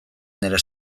nire